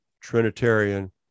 Trinitarian